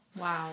Wow